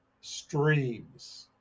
Streams